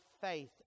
faith